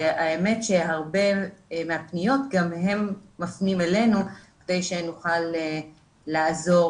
האמת שהרבה מהפניות גם הם מפנים אלינו כדי שנוכל לעזור